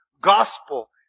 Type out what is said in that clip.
gospel